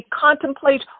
contemplate